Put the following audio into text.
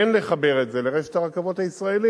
כן לחבר את זה לרשת הרכבות הישראלית,